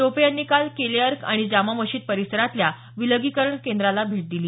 टोपे यांनी काल किलेअर्क आणि जामा मशिद परिसरातल्या विलगीकरण केंद्राला भेट दिली